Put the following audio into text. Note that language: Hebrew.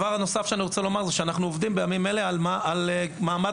בימים אלה אנחנו עובדים על מעמד